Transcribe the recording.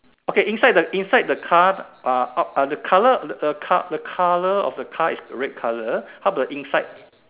okay inside the inside the car uh the color the the car the color of the car is red color how about the inside